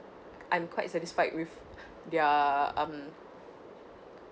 I'm quite satisfied with their um